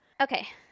Okay